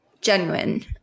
genuine